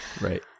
Right